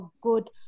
good